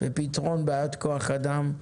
בפתרון בעיית כוח אדם,